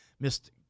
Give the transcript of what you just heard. missed